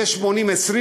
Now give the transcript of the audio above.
יהיה 20% 80%,